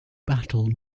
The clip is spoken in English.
battle